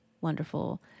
wonderful